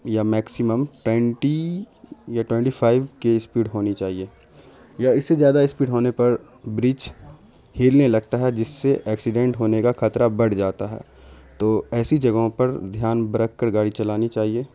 یا maximum twenty یا twenty five کے اسپیڈ ہونی چاہیے یا اس سے زیادہ اسپیڈ ہونے پر برج ہلنے لگتا ہے جس سے ایکسیڈینٹ ہونے کا خطرہ بڑھ جاتا ہے تو ایسی جگہوں پر دھیان برکھ کر گاڑی چلانی چاہیے